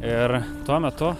ir tuo metu